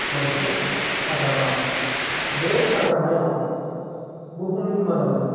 मोनसे हाग्रामा बे हाग्रामायाव बुहुमनि मादावनो